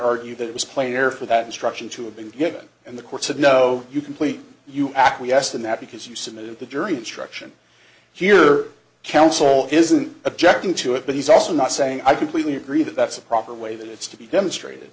argued that it was plain there for that instruction to have been given and the court said no you complete you acquiesced in that because you submitted the jury instruction here counsel isn't objecting to it but he's also not saying i completely agree that that's a proper way that it's to be demonstrated